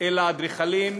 אלא אדריכלים